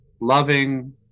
loving